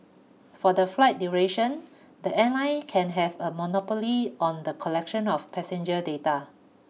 for the flight duration the airline can have a monopoly on the collection of passenger data